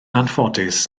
anffodus